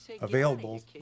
available